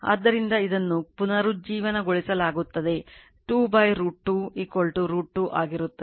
ಆದ್ದರಿಂದ ಇದನ್ನು ಪುನರುಜ್ಜೀವನಗೊಳಿಸಲಾಗುತ್ತದೆ 2 √ 2 √ 2 ಆಗಿರುತ್ತದೆ